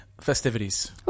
festivities